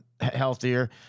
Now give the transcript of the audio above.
healthier